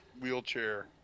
wheelchair